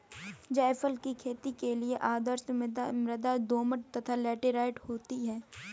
जायफल की खेती के लिए आदर्श मृदा दोमट तथा लैटेराइट होती है